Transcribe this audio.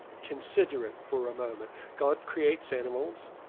consider it for a moment. god creates animals,